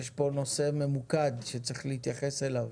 יש פה נושא ממוקד שצריך להתייחס אליו.